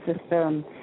system